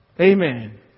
Amen